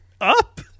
Up